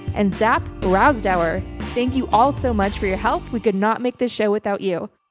and zach brandauer. thank you all so much for your help. we could not make this show without you